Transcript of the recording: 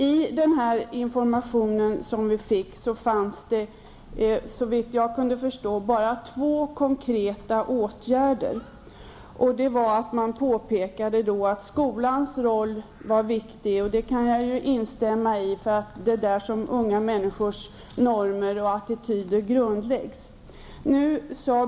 I den information som vi fick, fanns det såvitt jag kunde förstå bara två konkreta åtgärder. De var att man påpekade att skolans roll var viktig. Det kan jag instämma i. Det är där som unga människors normer och attityder grundläggs.